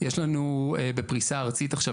גיורא ואלה: יש לנו בפריסה ארצית עכשיו,